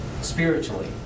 spiritually